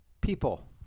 people